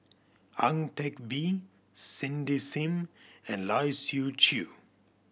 Ang Teck Bee Cindy Sim and Lai Siu Chiu